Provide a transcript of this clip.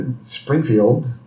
Springfield